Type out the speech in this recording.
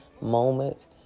moment